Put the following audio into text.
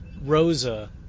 Rosa